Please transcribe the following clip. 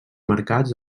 marcats